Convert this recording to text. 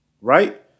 right